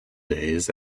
days